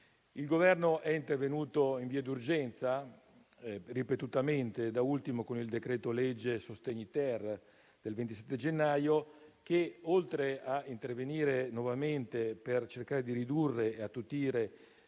Il Governo è intervenuto in via d'urgenza ripetutamente, da ultimo con il terzo decreto-legge sostegni del 27 gennaio 2022, che, oltre ad agire nuovamente per cercare di ridurre e attutire